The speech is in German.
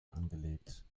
angelegt